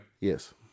Yes